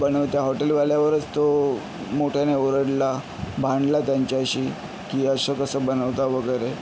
बनव त्या हॉटेलवाल्यावरच तो मोठ्याने ओरडला भांडला त्यांच्याशी की असं कसं बनवता वगैरे